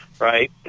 right